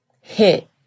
hit